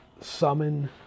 summon